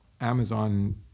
Amazon